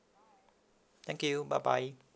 thank you bye bye